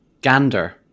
gander